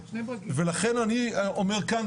ולכן אני אומר כאן,